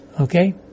Okay